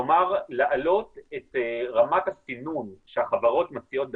כלומר להעלות את רמת הסינון שהחברות מציעות בחינם,